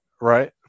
right